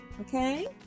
okay